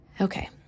Okay